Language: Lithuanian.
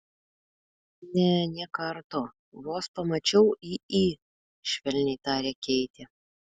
ne nė karto vos pamačiau į į švelniai tarė keitė